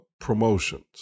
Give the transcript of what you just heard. promotions